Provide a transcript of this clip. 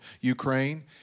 Ukraine